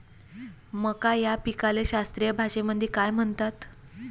मका या पिकाले शास्त्रीय भाषेमंदी काय म्हणतात?